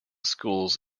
schools